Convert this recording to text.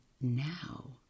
now